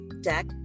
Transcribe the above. deck